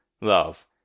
love